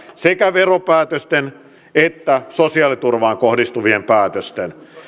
sekä veropäätösten että sosiaaliturvaan kohdistuvien päätösten